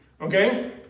Okay